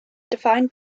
defined